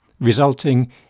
resulting